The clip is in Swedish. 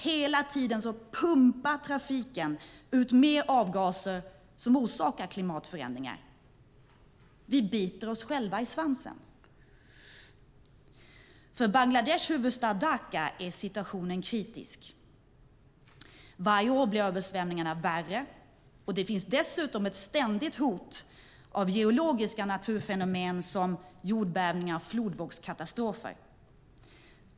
Hela tiden pumpar trafiken ut mer avgaser som orsakar klimatförändringar. Vi biter oss själva i svansen. För Bangladeshs huvudstad Dhaka är situationen kritisk. Varje år blir översvämningarna värre. Det finns dessutom ett ständigt hot av geologiska naturfenomen som jordbävningar och flodvågskatastrofer.